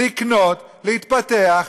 לקנות, להתפתח.